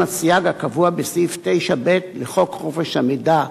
הסייג הקבוע בסעיף 9(ב) לחוק חופש המידע,